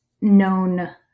known